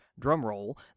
drumroll